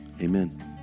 amen